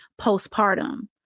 postpartum